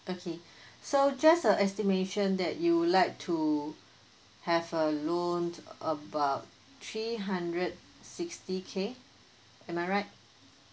okay so just a estimation that you'll like to have a loan about three hundred sixty K am I right